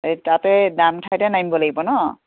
এই তাতে দাম ঠাইতে নাইব লাগিব ন